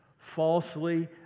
falsely